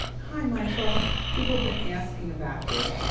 hi michael. people been asking about you.